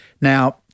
Now